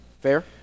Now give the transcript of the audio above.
fair